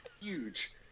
Huge